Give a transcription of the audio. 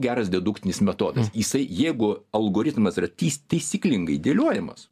geras dedukcinis metodas jisai jeigu algoritmas yra tis taisyklingai dėliojamas